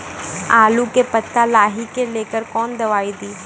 आलू के पत्ता लाही के लेकर कौन दवाई दी?